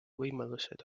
võimalused